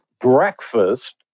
breakfast